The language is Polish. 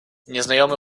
nieznajomy